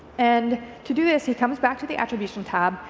and to do this, he comes back to the attribution tab,